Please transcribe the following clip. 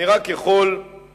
אני רק יכול לסיים,